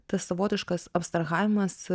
tas savotiškas abstrahavimas